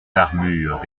armures